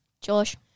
Josh